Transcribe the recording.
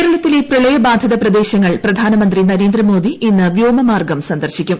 കേരളത്തിലെ പ്രളയബാധിത പ്രദേശങ്ങൾ പ്രധാനമന്ത്രി നരേന്ദ്രമോദി ഇന്ന് വ്യോമമാർഗ്ഗം സന്ദർശിക്കും